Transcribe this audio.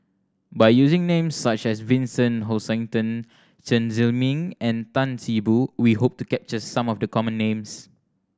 by using names such as Vincent Hoisington Chen Zhiming and Tan See Boo we hope to capture some of the common names